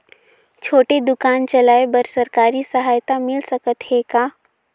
छोटे दुकान चलाय बर सरकारी सहायता मिल सकत हे का?